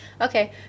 Okay